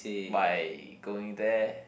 by going there